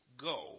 Go